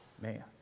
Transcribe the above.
man